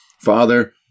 Father